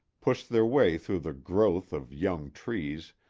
pushed their way through the growth of young trees,